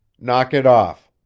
knock it off,